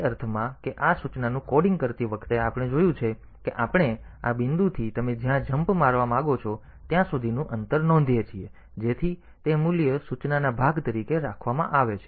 એ અર્થમાં કે આ સૂચનાનું કોડિંગ કરતી વખતે આપણે જોયું છે કે તેથી આપણે આ બિંદુથી તમે જ્યાં જમ્પ મારવા માંગો છો ત્યાં સુધીનું અંતર નોંધીએ છીએ જેથી તે મૂલ્ય સૂચનાના ભાગ તરીકે રાખવામાં આવે છે